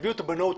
הביאו ב-מו טיים.